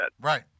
Right